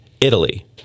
Italy